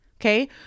Okay